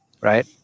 right